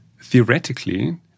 Theoretically